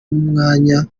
myanya